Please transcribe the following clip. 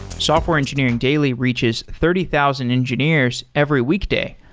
software engineering daily reaches thirty thousand engineers every week day,